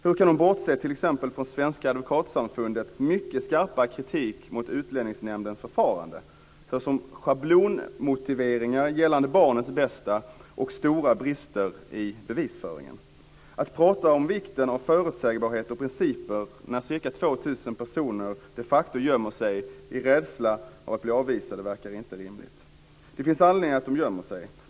Hur kan hon bortse från t.ex. Svenska advokatsamfundets mycket skarpa kritik mot Utlänningsnämndens förfarande med schablonmotiveringar gällande barnets bästa och stora brister i bevisföringen? Att tala om vikten av förutsägbarhet och principer när ca 2 000 personer de facto gömmer sig av rädsla för att bli avvisade verkar inte rimligt. Det finns anledning till att de gömmer sig.